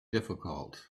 difficult